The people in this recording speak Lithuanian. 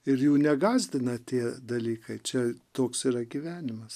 ir jų negąsdina tie dalykai čia toks yra gyvenimas